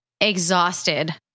exhausted